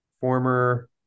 former